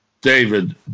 David